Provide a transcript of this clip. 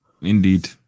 indeed